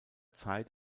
zeit